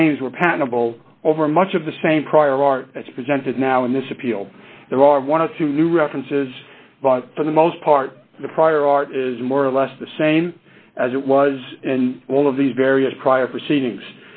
patentable over much of the same prior art as presented now in this appeal there are one of two new references but for the most part the prior art is more or less the same as it was in all of these various prior proceedings